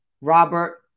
robert